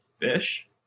fish